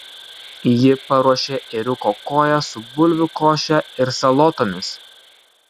ji paruošė ėriuko koją su bulvių koše ir salotomis